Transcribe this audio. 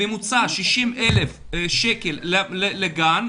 בממוצע 60,000 שקל לגן,